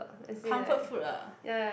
comfort food ah